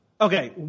Okay